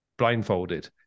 blindfolded